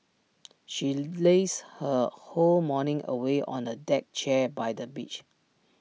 she lazed her whole morning away on A deck chair by the beach